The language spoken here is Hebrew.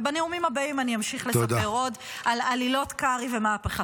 ובנאומים הבאים אני אמשיך לספר עוד על עלילות קרעי ומהפכתו.